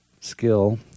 skill